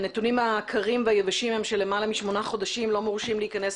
הנתונים הקרים והיבשים הם שלמעלה משמונה חודשים לא מורשים להיכנס